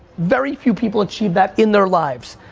very few people achieve that in their lives,